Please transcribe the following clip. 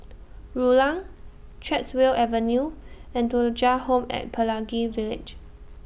Rulang Chatsworth Avenue and Thuja Home At Pelangi Village